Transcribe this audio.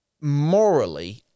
morally